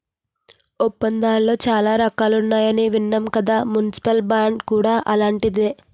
ఒప్పందాలలో చాలా రకాలున్నాయని విన్నాం కదా మున్సిపల్ బాండ్ కూడా అలాంటిదే